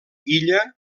illa